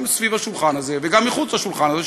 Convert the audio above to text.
גם סביב השולחן הזה וגם מחוץ לשולחן הזה,